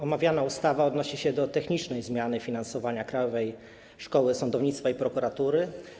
Omawiana ustawa odnosi się do technicznej zmiany finansowania Krajowej Szkoły Sądownictwa i Prokuratury.